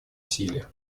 силе